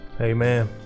Amen